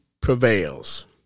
prevails